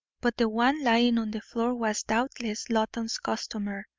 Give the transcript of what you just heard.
but the one lying on the floor was doubtless loton's customer.